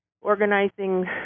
organizing